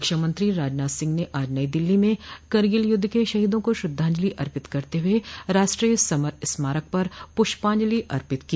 रक्षामंत्री राजनाथ सिंह ने आज नई दिल्ली में करगिल युद्ध के शहीदों का श्रद्धांजलि अर्पित करते हुए राष्ट्रीय समर स्मारक पर प्रष्पांजलि अर्पित की